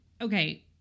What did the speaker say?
okay